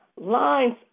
lines